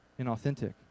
inauthentic